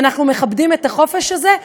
ואנחנו מכבדים את החופש הזה,